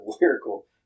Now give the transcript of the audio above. lyrical